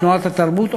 תנועת "תרבות",